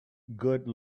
good